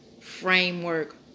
framework